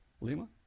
Lima